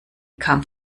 kam